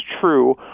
true